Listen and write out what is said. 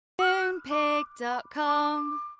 Moonpig.com